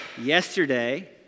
yesterday